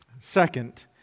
Second